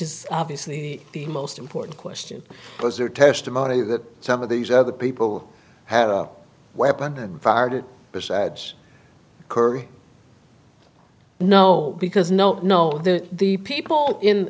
is obviously the most important question was are testimony that some of these other people had a weapon and fired it besides curry no because no no the the people in